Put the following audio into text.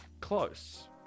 Close